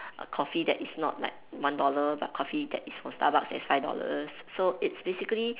a coffee that is not like one dollar but coffee that is from Starbucks that is five dollars so it's basically